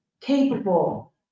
capable